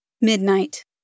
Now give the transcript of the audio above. Midnight